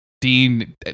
Dean